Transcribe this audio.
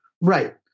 Right